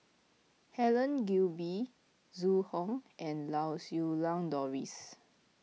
Helen Gilbey Zhu Hong and Lau Siew Lang Doris